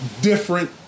different